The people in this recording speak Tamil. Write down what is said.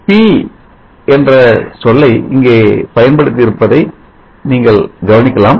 p என்ற சொல்லை இங்கே பயன்படுத்தியிருப்பதை நீங்கள் கவனிக்கலாம்